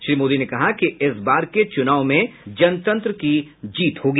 श्री मोदी ने कहा कि इस बार की चुनाव में जनतंत्र की जीत होगी